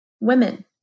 women